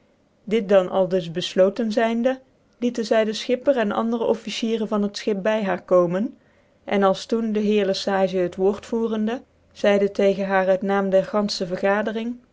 dit dan aldus beflotcn zijnde lieten zy dc schipper en andere ohicicrcn van het schip by haar komen en als doen de heer le sage het woord voerende zcidc'tegcns haar uit naam der gantfehc vergadering